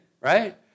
right